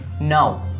No